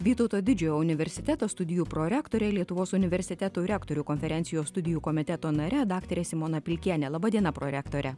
vytauto didžiojo universiteto studijų prorektore lietuvos universitetų rektorių konferencijos studijų komiteto nare daktare simona pilkiene laba diena prorektore